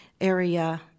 area